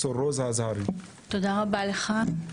תודה רבה לך.